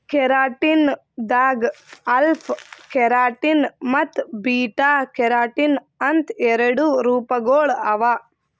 keratin ದಾಗ್ alpha keratin ಮತ್ತ್ beta keratin ಅಂತ್ ಎರಡು ರೂಪಗೊಳ್ ಅವಾ